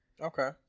Okay